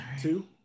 Two